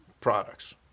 products